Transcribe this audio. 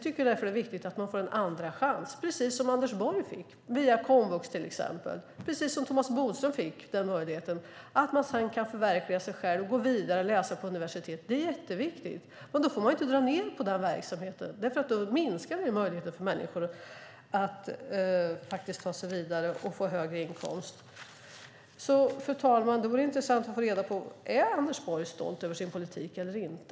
Det är viktigt att människor får en andra chans via till exempel komvux, precis som Anders Borg fick och som Thomas Bodström fick. Att människor kan förverkliga sig själva och gå vidare och läsa på universitet är jätteviktigt. Men då får man dra ned på den verksamheten. Då minskar vi möjligheten för människor att ta sig vidare och få högre inkomst. Fru talman! Det vore intressant att få reda på: Är Anders Borg stolt över sin politik eller inte?